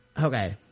okay